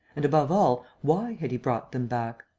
and, above all, why had he brought them back?